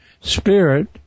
spirit